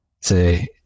say